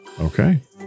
Okay